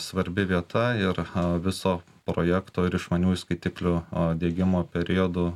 svarbi vieta ir viso projekto ir išmaniųjų skaitiklių diegimo periodu